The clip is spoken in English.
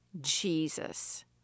Jesus